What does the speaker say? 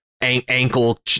ankle